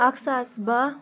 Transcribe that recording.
اَکھ ساس باہ